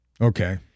Okay